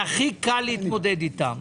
שהכי קל להתמודד איתם.